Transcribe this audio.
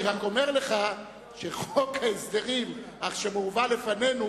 אני רק אומר לך שחוק ההסדרים שמובא לפנינו,